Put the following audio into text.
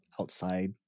outside